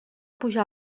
pujar